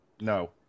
No